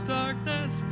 darkness